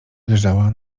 leżała